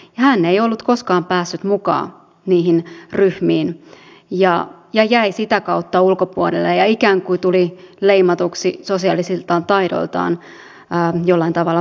hän ei ollut koskaan päässyt mukaan niihin ryhmiin ja jäi sitä kautta ulkopuolelle ja ikään kuin tuli leimatuksi sosiaalisilta taidoiltaan jollain tavalla puutteelliseksi